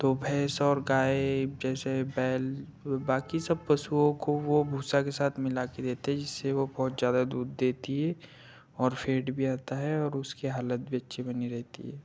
तो भैंस और गाय जैसे बैल व बाकी सब पशुओं को वो भूसा के साथ मिला कर देते हैं जिससे वो बहुत जादा दूध देती है और फ़ेट भी आता है और उसकी हालत भी अच्छी बनी रहती है